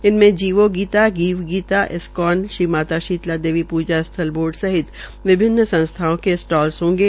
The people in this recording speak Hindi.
इनमें जीवो गीता गीत गीता इस्कान श्री माता शीतला देवी पूजा स्थल बोर्ड सहित विभिन्न संस्थाओं के स्टाल होंगे